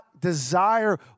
desire